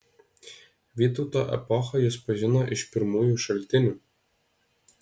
vytauto epochą jis pažino iš pirmųjų šaltinių